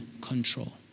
control